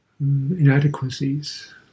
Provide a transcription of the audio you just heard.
inadequacies